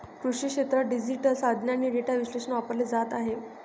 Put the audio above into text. कृषी क्षेत्रात डिजिटल साधने आणि डेटा विश्लेषण वापरले जात आहे